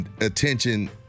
attention